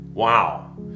wow